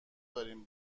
دارین